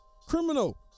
criminal